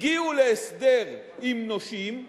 הגיעו להסדר עם נושים,